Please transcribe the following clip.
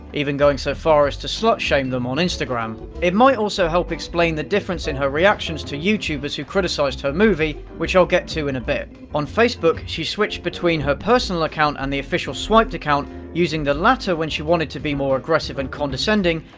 even going so far as to slut-shame them on instagram. it might also help explain the difference in her reactions to youtubers who criticized her movie, which i'll get to in a bit. on facebook, she switched between her personal account and the official swiped account, using the latter when she wanted to be more aggressive and condescending,